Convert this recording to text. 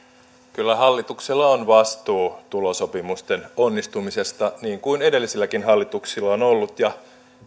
kyllä hallituksella on vastuu tulosopimusten onnistumisesta niin kuin edellisilläkin hallituksilla on on ollut ja